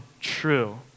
true